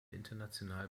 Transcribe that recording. international